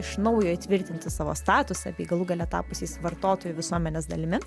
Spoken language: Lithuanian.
iš naujo įtvirtinti savo statusą bei galų gale tapusiais vartotojų visuomenės dalimi